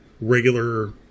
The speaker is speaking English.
regular